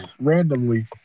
randomly